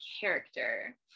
character